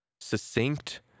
succinct